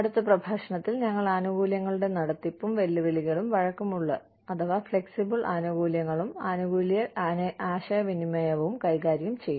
അടുത്ത പ്രഭാഷണത്തിൽ ഞങ്ങൾ ആനുകൂല്യങ്ങളുടെ നടത്തിപ്പും വെല്ലുവിളികളും വഴക്കമുള്ള ആനുകൂല്യങ്ങളും ആനുകൂല്യ ആശയവിനിമയവും കൈകാര്യം ചെയ്യും